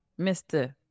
Mr